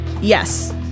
Yes